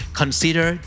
consider